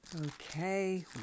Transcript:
Okay